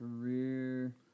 Career